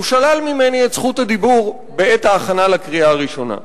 הוא שלל ממני את זכות הדיבור בעת ההכנה לקריאה הראשונה.